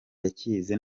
yacyize